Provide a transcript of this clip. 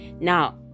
now